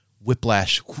whiplash